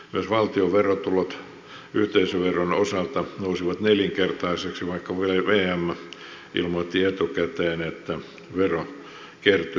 myös valtion verotulot yhteisöveron osalta nousivat nelinkertaisiksi vaikka vm ilmoitti etukäteen että verokertymä supistuu